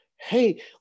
hey